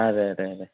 അതെ അതെ അതെ